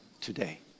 today